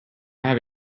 have